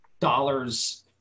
dollars